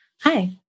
Hi